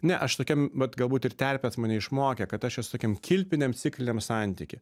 ne aš tokiam vat galbūt ir terpės mane išmokė kad aš esu tokiam kilpiniam cikliniam santyky